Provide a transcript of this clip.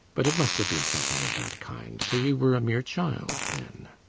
but it must have been something of that kind for you were a mere child then.